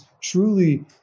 truly